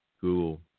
Google